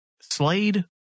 Slade